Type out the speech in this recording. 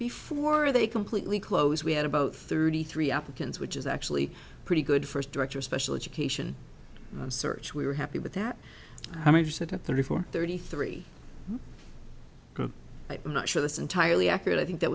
before they completely close we had about thirty three applicants which is actually pretty good first director of special education search we were happy with that i mean just that a thirty four thirty three group i'm not sure that's entirely accurate i think that